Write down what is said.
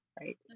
right